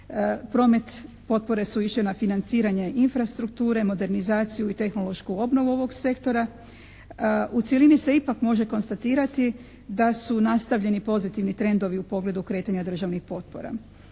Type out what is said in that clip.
promet potpore su išle na financiranja infrastrukture, modernizaciju i tehnološku obnovu ovog sektora. U cjelini se ipak može konstatirati da su nastavljeni pozitivni trendovi u pogledu kretanja državnih potpora.